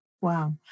Wow